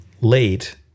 late